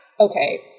Okay